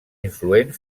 influent